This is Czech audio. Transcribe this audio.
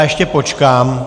Ještě počkám.